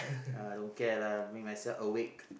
uh don't care lah make myself awake